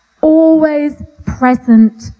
always-present